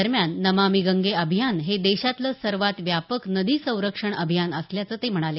दरम्यान नमामी गंगे अभियान हे देशातलं सर्वात व्यापक नदी संरक्षण अभियान असल्याचं ते म्हणाले